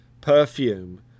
perfume